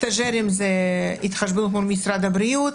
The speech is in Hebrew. סטז'רים זה התחשבנות מול משרד הבריאות.